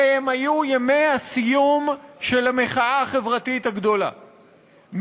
אלה היו ימי הסיום של המחאה החברתית הגדולה.